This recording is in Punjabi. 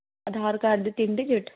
ਆਧਾਰ ਕਾਰਡ ਦੇ ਤਿੰਨ ਡੀਜਿਟ